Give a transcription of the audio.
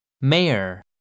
Mayor